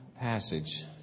passage